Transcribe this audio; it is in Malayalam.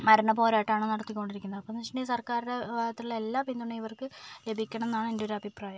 മരണ പോരട്ടമാണ് നടത്തികൊണ്ടിരിക്കുന്നത് അപ്പോൾ എന്ന് വെച്ചിട്ടുണ്ടെങ്കിൽ സര്ക്കാരിന്റെ ഭാഗത്ത് നിന്നുള്ള എല്ലാ പിന്തുണയും ഇവര്ക്ക് ലഭിക്കണമെന്നാണ് എന്റെ ഒരു അഭിപ്രായം